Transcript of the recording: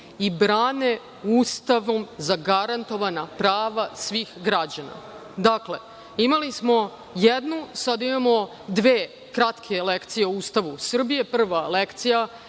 i brane ustavom zagarantovana prava svih građana. Dakle, imali smo jednu, sada imamo dve kratke lekcije o Ustavu Srbije. Prva lekcija